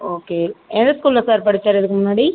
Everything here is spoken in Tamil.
ஓகே எந்த ஸ்கூலில் சார் படிச்சார் அதுக்கு முன்னாடி